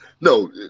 No